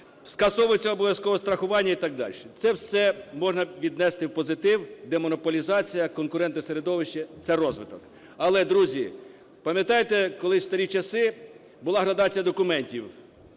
Скасовується обов’язкове страхування і так дальше. Це все можна віднести в позитив: демонополізація, конкурентне середовище – це розвиток. Але, друзі, пам’ятаєте, колись в старі часи була градація документів: